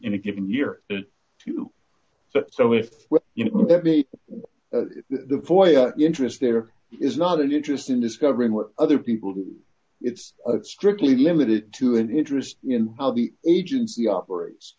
a given year to you so if you know that meet the foyer interest there is not an interest in discovering what other people do it's strictly limited to an interest in how the agency operates